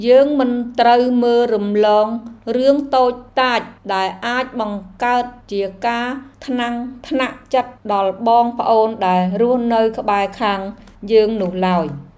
យើងមិនត្រូវមើលរំលងរឿងតូចតាចដែលអាចបង្កើតជាការថ្នាំងថ្នាក់ចិត្តដល់បងប្អូនដែលរស់នៅក្បែរខាងយើងនោះឡើយ។